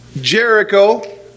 Jericho